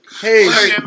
Hey